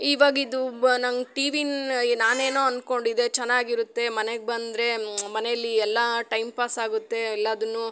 ಇವಾಗ ಇದು ವ ನಂಗೆ ಟಿ ವಿನ ಈ ನಾನೇನೊ ಅಂದ್ಕೊಂಡಿದ್ದೆ ಚೆನ್ನಾಗಿರುತ್ತೆ ಮನೆಗೆ ಬಂದರೆ ಮನೇಲಿ ಎಲ್ಲ ಟೈಮ್ ಪಾಸ್ ಆಗುತ್ತೆ ಎಲ್ಲದನ್ನು